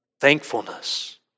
thankfulness